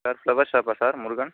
sir flower ஷாப்பா sir Murugan